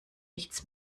nichts